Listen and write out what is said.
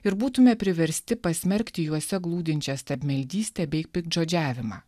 ir būtumėme priversti pasmerkti juose glūdinčią stabmeldystę bei piktžodžiavimą